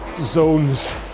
zones